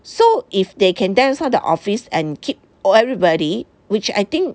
so if they can downsize the office and keep everybody which I think